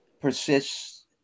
persists